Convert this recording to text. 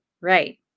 Right